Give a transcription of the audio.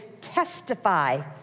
testify